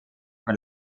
von